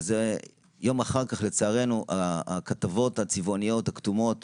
ויום אחר כך לצערנו הכתבות הצבעוניות הכתומות